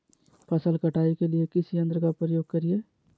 फसल कटाई के लिए किस यंत्र का प्रयोग करिये?